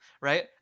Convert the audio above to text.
right